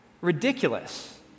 Ridiculous